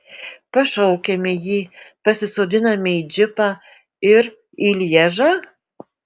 pašaukiame jį pasisodiname į džipą ir į lježą